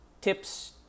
tips